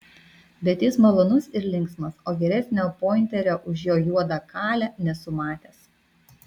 bet jis malonus ir linksmas o geresnio pointerio už jo juodą kalę nesu matęs